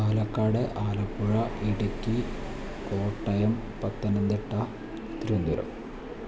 Palakkad Alappuzha Idukki Kottayam Pathanamthitta Thiruvananthapuram